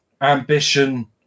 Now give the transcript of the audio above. ambition